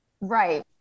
Right